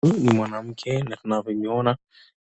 Huyu ni mwanamme na unavyoona